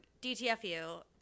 DTFU